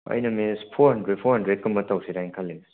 ꯑꯩꯅ ꯃꯤꯁ four hundred four ꯍꯟꯗ꯭ꯔꯦꯗꯀꯨꯝꯕ ꯇꯧꯁꯤꯔꯥ ꯍꯥꯏꯅ ꯈꯜꯂꯤ ꯃꯤꯁ